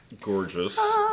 gorgeous